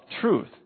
truth